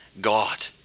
God